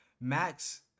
Max